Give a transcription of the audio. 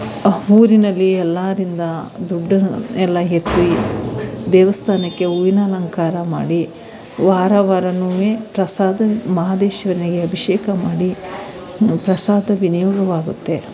ಊರಿನಲ್ಲಿ ಎಲ್ಲರಿಂದ ದುಡ್ಡುನೂ ಎಲ್ಲ ಎತ್ತಿ ದೇವಸ್ಥಾನಕ್ಕೆ ಹೂವಿನ ಅಲಂಕಾರ ಮಾಡಿ ವಾರ ವಾರವೂ ಪ್ರಸಾದ ಮಹದೇಶ್ವರನಿಗೆ ಅಭಿಷೇಕ ಮಾಡಿ ಪ್ರಸಾದ ವಿನಿಯೋಗವಾಗುತ್ತೆ